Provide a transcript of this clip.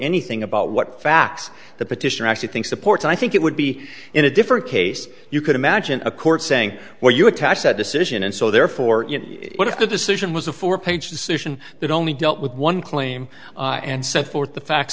anything about what facts the petitioner actually thinks supports i think it would be in a different case you could imagine a court saying well you attach that decision and so therefore if the decision was a four page decision that only dealt with one claim and set forth the fact